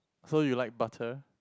so you like butter